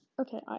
Okay